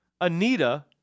Anita